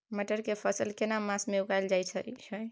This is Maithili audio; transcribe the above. मटर के फसल केना मास में उगायल जायत छै?